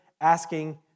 asking